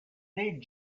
need